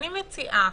אני מציעה,